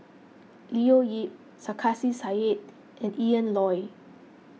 Leo Yip Sarkasi Said and Ian Loy